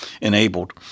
enabled